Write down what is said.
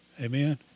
Amen